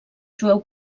jueu